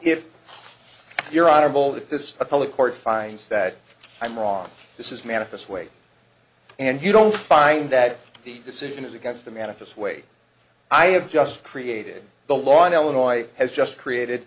if you're honorable if this appellate court finds that i'm wrong this is manifest weight and you don't find that the decision is against the manifest weight i have just created the law in illinois has just created